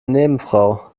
nebenfrau